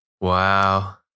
Wow